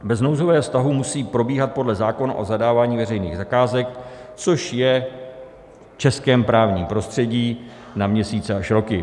Bez nouzového stavu musejí probíhat podle zákona o zadávání veřejných zakázek, což je v českém právním prostředí na měsíce až roky.